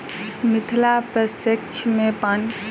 मिथिला प्रक्षेत्र मे पानि सऽ संबंधित केँ कुन खेती कऽ सकै छी?